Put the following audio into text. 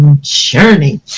journey